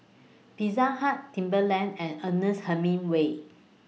Pizza Hut Timberland and Ernest Hemingway